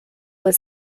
was